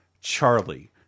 Charlie